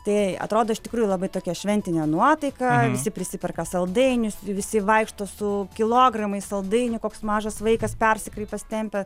tai atrodo iš tikrųjų labai tokia šventinė nuotaika visi prisiperka saldainių visi vaikšto su kilogramais saldainių koks mažas vaikas persikreipęs tempia